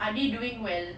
are they doing well